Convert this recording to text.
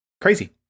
crazy